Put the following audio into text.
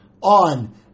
on